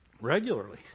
regularly